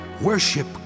Worship